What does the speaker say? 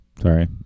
Sorry